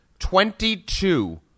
Twenty-two